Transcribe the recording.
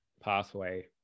pathway